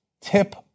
tip